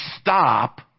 stop